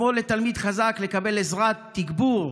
כמו לתלמיד חזק, לקבל עזרה, תגבור?